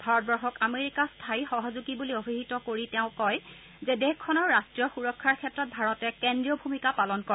ভাৰতবৰ্ষক আমেৰিকা স্থায়ী সহযোগী বুলি অভিহিত কৰি তেওঁ কয় যে দেশখনৰ ৰাষ্ট্ৰীয় সুৰক্ষাৰ ক্ষেত্ৰত ভাৰতে কেন্দ্ৰীয় ভূমিকা পালন কৰে